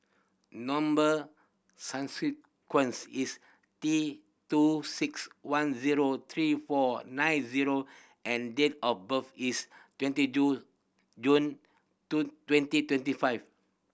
number is T two six one zero three four nine zero and date of birth is twenty two June two twenty twenty five